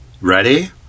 Ready